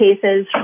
cases